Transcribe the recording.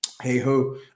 Hey-ho